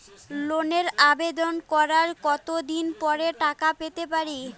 লোনের আবেদন করার কত দিন পরে টাকা পেতে পারি?